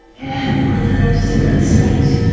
and walk around just a good stretch